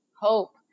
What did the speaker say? hope